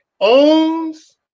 owns